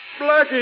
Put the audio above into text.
Blackie